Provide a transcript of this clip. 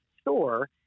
store